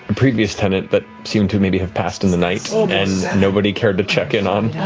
previous tenant that seemed to maybe have passed in the night and nobody cared to check in on.